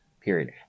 period